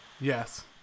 Yes